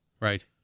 Right